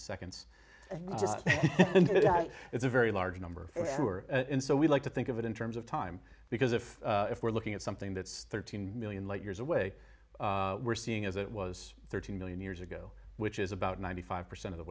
seconds and that is a very large number sure and so we like to think of it in terms of time because if if we're looking at something that's thirteen million light years away we're seeing as it was thirteen million years ago which is about ninety five percent of the